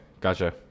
gotcha